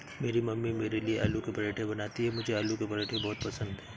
मेरी मम्मी मेरे लिए आलू के पराठे बनाती हैं मुझे आलू के पराठे बहुत पसंद है